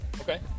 Okay